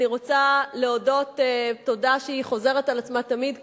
אני רוצה להודות תודה שחוזרת על עצמה תמיד כאן,